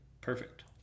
Perfect